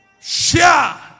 Share